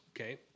Okay